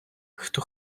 хто